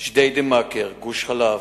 ג'דיידה-מכר, גוש-חלב,